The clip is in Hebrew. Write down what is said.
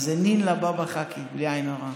אז זה נין לבאבא חאקי, בלי עין הרע.